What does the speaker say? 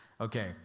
Okay